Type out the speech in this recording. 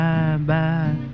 Bye-bye